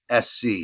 SC